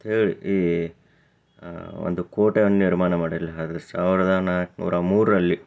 ಅಂತ್ಹೇಳಿ ಈ ಒಂದು ಕೋಟೆಯನ್ನು ನಿರ್ಮಾಣ ಮಾಡಿ ಇಲ್ಲಿ ಅದು ಸಾವಿರದ ನಾಲ್ಕ್ನೂರ ಮೂರರಲ್ಲಿ